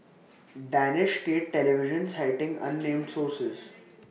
danish state television citing unnamed sources